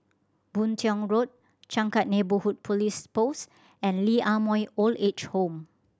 Boon Tiong Road Changkat Neighbourhood Police Post and Lee Ah Mooi Old Age Home